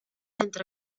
entre